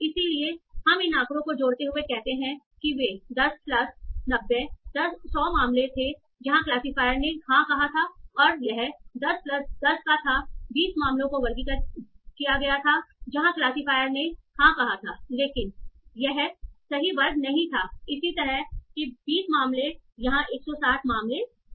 इसलिए हम इन आंकड़ों को जोड़ते हुए कहते हैं कि वे 10 प्लस 90 100 मामले थे जहां क्लासिफायर ने हां कहा था और यह 10 प्लस 10 का था 20 मामलों को वर्गीकृत किया गया था जहां क्लासिफायर ने हां कहा था लेकिन यह सही वर्ग नहीं था इसी तरह के 20 मामले यहाँ 160 मामले थे